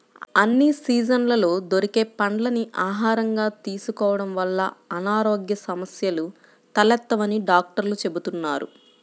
అన్ని సీజన్లలో దొరికే పండ్లని ఆహారంగా తీసుకోడం వల్ల అనారోగ్య సమస్యలు తలెత్తవని డాక్టర్లు చెబుతున్నారు